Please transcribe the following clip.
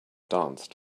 danced